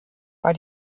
bei